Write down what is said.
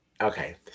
okay